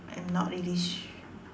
I'm not really su~